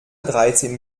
dreizehn